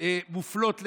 מופלות לרעה,